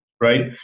right